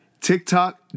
TikTok